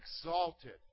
exalted